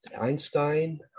Einstein